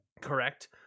Correct